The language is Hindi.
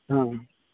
हाँ